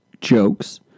jokes